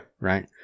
Right